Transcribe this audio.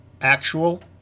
actual